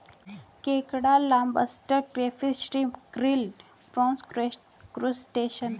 केकड़ा lobster crayfish shrimp krill prawns crustacean है